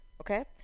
Okay